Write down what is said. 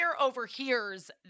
overhears